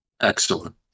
Excellent